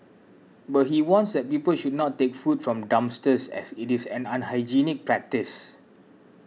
but he warns that people should not take food from dumpsters as it is an unhygienic practice